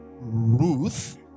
Ruth